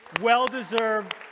well-deserved